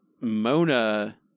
Mona